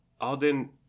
Alden